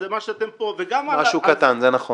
זה מה שאתם פה --- משהו קטן, זה נכון.